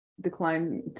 decline